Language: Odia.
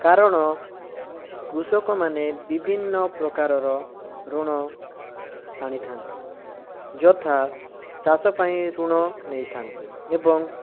କାରଣ କୃଷକମାନେ ବିଭିନ୍ନ ପ୍ରକାରର ଋଣ ଆଣିଥାନ୍ତି ଯଥା ଚାଷ ପାଇଁ ଋଣ ନେଇଥାନ୍ତି ଏବଂ